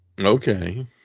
Okay